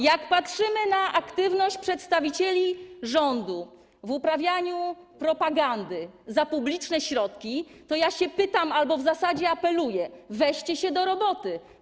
Jak patrzymy na aktywność przedstawicieli rządu w uprawianiu propagandy za publiczne środki, to ja się pytam albo w zasadzie apeluję: Weźcie się do roboty.